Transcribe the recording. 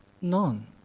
none